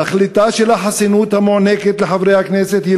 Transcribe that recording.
תכליתה של החסינות המוענקת לחברי הכנסת היא